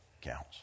counts